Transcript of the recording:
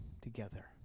together